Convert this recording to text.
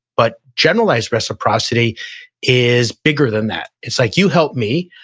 but generalized reciprocity is bigger than that it's like you help me,